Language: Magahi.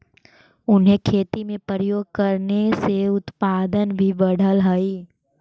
उन्हें खेती में प्रयोग करने से उत्पादन भी बढ़अ हई